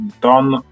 done